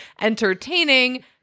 entertaining